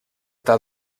tal